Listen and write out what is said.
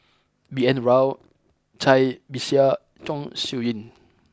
B N Rao Cai Bixia Chong Siew Ying